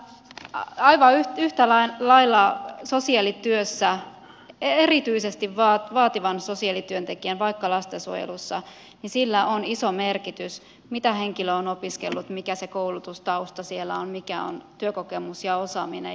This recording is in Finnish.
kyllä aivan yhtä lailla sosiaalityössä erityisesti vaativan sosiaalityön tekijälle vaikka lastensuojelussa sillä on iso merkitys mitä henkilö on opiskellut mikä koulutustausta on mikä on työkokemus ja osaaminen